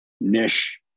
niche